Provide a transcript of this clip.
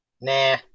Nah